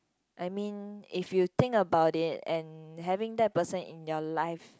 I mean if you think about it and having that person in your life